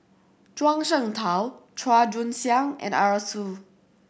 Zhuang Shengtao Chua Joon Siang and Arasu